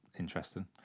interesting